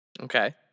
Okay